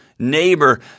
neighbor